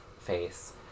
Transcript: face